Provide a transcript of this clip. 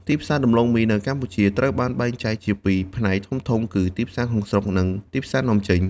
ទីផ្សារដំឡូងមីនៅកម្ពុជាត្រូវបានបែងចែកជាពីរផ្នែកធំៗគឺ ទីផ្សារក្នុងស្រុក និង ទីផ្សារនាំចេញ។